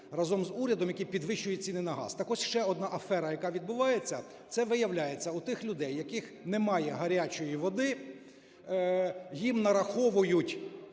разом з урядом, які підвищують ціни на газ. Так ось ще одна афера, яка відбувається, це виявляється у тих людей, в яких немає гарячої води, їм нараховують